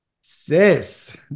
Sis